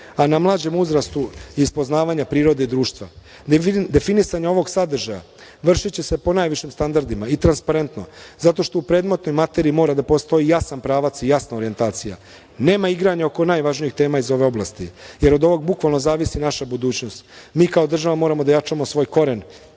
a na mlađem uzrastu iz poznavanja prirode i društva. Definisanje ovog sadržaja vršiće se po najvišim standardima i transparentno, zato što u predmetnoj materiji mora da postoji jasan pravac i jasna orijentacija. Nema igranja oko najvažnijih tema iz ove oblasti, jer od ovog bukvalno zavisi naša budućnost. Mi kao država moramo da jačamo svoj koren